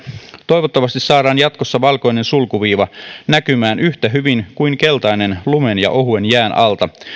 toivottavasti saadaan jatkossa valkoinen sulkuviiva näkymään yhtä hyvin kuin keltainen lumen ja ohuen jään alta